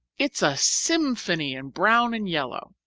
it's a symphony in brown and yellow.